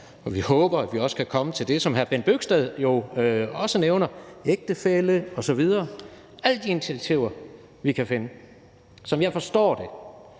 og vi håber, at vi også kan komme frem til det, som hr. Bent Bøgsted også nævnte, nemlig ægtefæller osv. – alle de initiativer, vi kan finde. Som jeg forstår det,